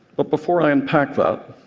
but before i unpack that,